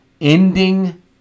ending